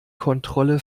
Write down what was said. kontrolle